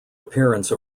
appearance